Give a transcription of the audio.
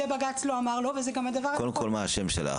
זה בג"צ לא אמר לא וזה גם הדבר --- קודם כל מה השם שלך,